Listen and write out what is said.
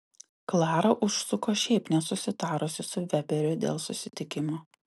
klara užsuko šiaip nesusitarusi su veberiu dėl susitikimo